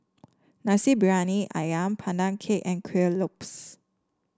Nasi Briyani ayam Pandan Cake and Kueh Lopes